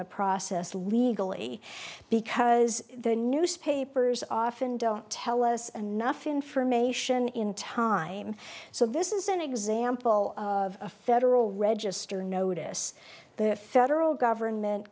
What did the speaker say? the process legally because the newspapers often don't tell us and nuff information in time so this is an example of a federal register notice the federal government